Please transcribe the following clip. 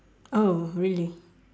oh really